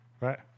right